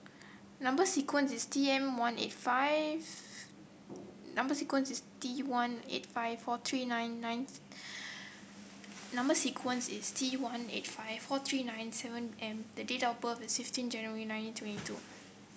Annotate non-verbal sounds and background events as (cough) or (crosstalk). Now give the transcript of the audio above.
number sequence is T M one eight five number sequence is T one eight five four three nine nine (unintelligible) number sequence is T one eight five four three nine seven M the date of birth is fifteen January nineteen twenty two